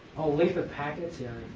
oh, length of packets, here.